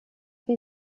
wie